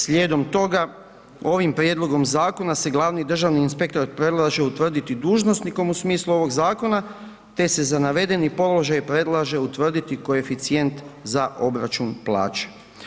Slijedom toga, ovim prijedlogom zakona se glavni državni inspektor predlaže utvrditi dužnosnikom u smislu ovog zakona te se za navedeni položaj predlaže utvrditi koeficijent za obračun plaće.